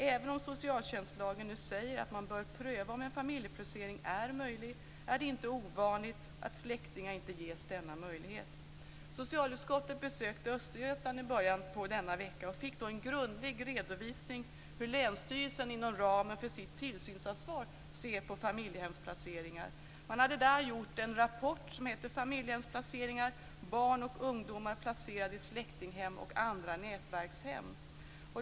Även om socialtjänstlagen nu säger att man bör pröva om en familjeplacering är möjlig, är det inte ovanligt att släktingar inte ges denna möjlighet. Socialutskottet besökte Östergötland i början på denna vecka och fick då en grundlig redovisning av hur länsstyrelsen inom ramen för sitt tillsynsansvar ser på familjehemsplaceringar. Man hade där skrivit en rapport, Familjehemsplaceringar - barn och ungdomar placerade i släktinghem och andra nätverkshem.